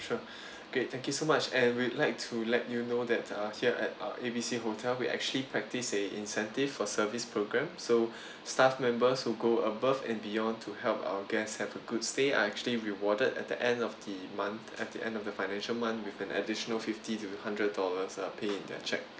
sure great thank you so much and we'd like to let you know that uh here at uh A B C hotel we actually practice a incentive for service program so staff members who go above and beyond to help our guests have a good stay are actually rewarded at the end of the month at the end of the financial month with an additional fifty to hundred dollars uh pay in their cheque